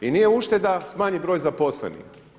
I nije ušteda smanjit broj zaposlenih.